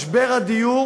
משבר הדיור